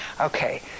Okay